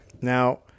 Now